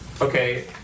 Okay